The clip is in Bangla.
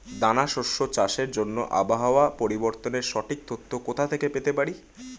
দানা শস্য চাষের জন্য আবহাওয়া পরিবর্তনের সঠিক তথ্য কোথা থেকে পেতে পারি?